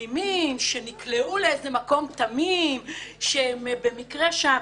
תמימים שנקלעו למקום תמים והם במקרה שם.